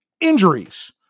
Injuries